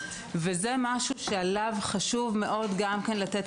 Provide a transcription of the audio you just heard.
זה משהו שחשוב מאוד לתת